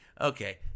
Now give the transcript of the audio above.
Okay